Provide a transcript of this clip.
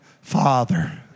father